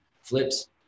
flips